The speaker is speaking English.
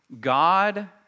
God